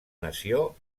nació